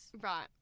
Right